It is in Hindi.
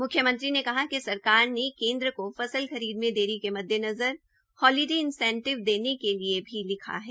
म्ख्यमंत्री ने कहा कि सरकार ने केन्द्र को फसल खरीद में देरी के मद्देनजर होलीडे इनंसेटिव देने के लिए लिखा है